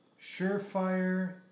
Surefire